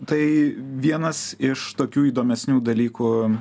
tai vienas iš tokių įdomesnių dalykų